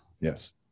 Yes